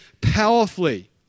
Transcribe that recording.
powerfully